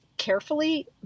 carefully